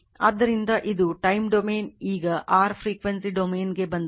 ಆದ್ದರಿಂದ ಇದು time ಡೊಮೇನ್ಗೆ ಬಂದರೆ